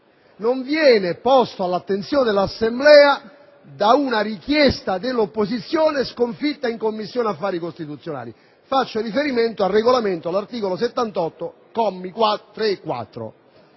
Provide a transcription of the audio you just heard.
non viene posto all'attenzione dell'Assemblea da una richiesta dell'opposizione sconfitta in Commissione affari costituzionali. Faccio riferimento al Regolamento, cioè all'articolo 78, commi 3e 4: